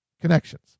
connections